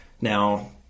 Now